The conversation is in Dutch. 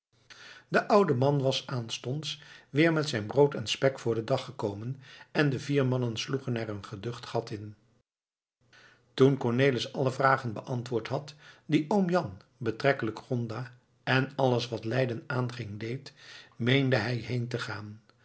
de oude man was aanstonds weer met zijn brood en spek voor den dag gekomen en de vier mannen sloegen er een geducht gat in toen cornelis alle vragen beantwoord had die oom jan betrekkelijk gonda en alles wat leiden aanging deed meende hij heen te gaan